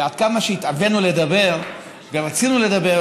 ועד כמה שהתאווינו לדבר ורצינו לדבר,